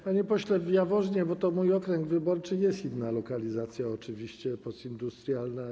Panie pośle, w Jaworznie, bo to mój okręg wyborczy, jest inna lokalizacja, oczywiście postindustrialna.